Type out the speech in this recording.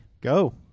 Go